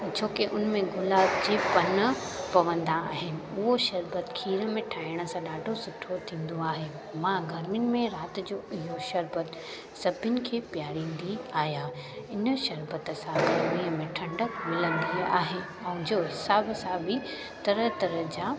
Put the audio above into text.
छोकी हुन में गुलाब जा पन पवंदा आहिनि उहा शरबत खीर में ठाहिण सां ॾाढो सुठो थींदो आहे मां गर्मियुनि में राति जो इहो शरबत सभिनी खे पीआरींदी आहियां हिन शरबत सां गर्मी में ठंडक मिलंदी आहे ऐं जो हिसाब सां बि तरह तरह जा